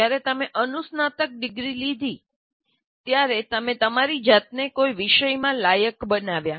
જ્યારે તમે અનુસ્નાતક ડિગ્રી લીધી ત્યારે તમે તમારી જાતને કોઈ વિષયમાં લાયક બનાવ્યા